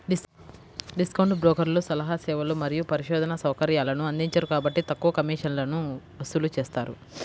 discount బ్రోకర్లు సలహా సేవలు మరియు పరిశోధనా సౌకర్యాలను అందించరు కాబట్టి తక్కువ కమిషన్లను వసూలు చేస్తారు